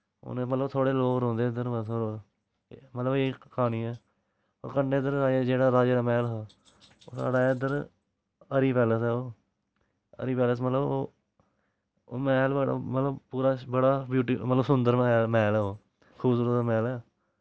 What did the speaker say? हून मतलव थोह्ड़े लोक रौंंह्दे न इद्धर मतलव ते कन्ने इद्धर एह् जेह्ड़ा राजे दा मैह्ल हा ओह् साढ़े इद्धर हरि पैलेस ऐ ओह् हरि पैलेस मतलव ओह् मैह्ल बड़ा मतलव सुन्दर मैह्ल ऐ ओह् खूबसुरत मैहल ऐ